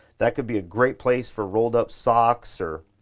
that could be a great place for rolled up socks or